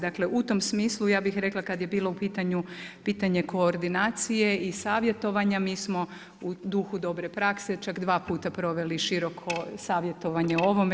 Dakle u tom smislu ja bih rekla kad je bilo pitanje koordinacije i savjetovanja mi smo u duhu dobre prakse čak dva puta proveli široko savjetovanje o ovome.